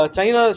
China